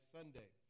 Sunday